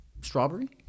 strawberry